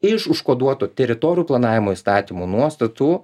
iš užkoduoto teritorijų planavimo įstatymo nuostatų